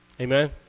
Amen